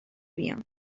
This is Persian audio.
بیان